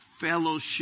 fellowship